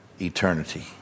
eternity